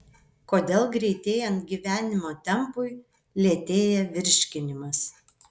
kodėl greitėjant gyvenimo tempui lėtėja virškinimas